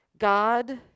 God